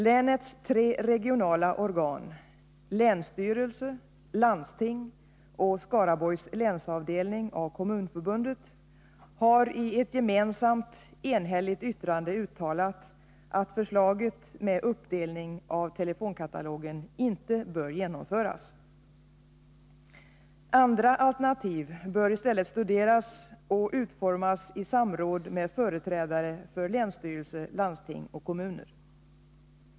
Länets tre regionala organ, länsstyrelse, landsting och Skaraborgs länsavdelning av Kommunförbundet, har i ett gemensamt, enhälligt yttrande uttalat att förslaget om uppdelning av telefonkatalogen inte bör genomföras. Andra alternativ bör i stället studeras och utformas i samråd med företrädare för länsstyrelse, landsting och kommuner.